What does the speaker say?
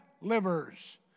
livers